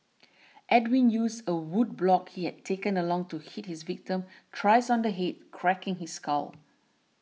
Edwin used a wood block he had taken along to hit his victim thrice on the head cracking his skull